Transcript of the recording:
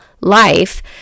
LIFE